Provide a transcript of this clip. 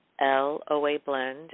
LOABlend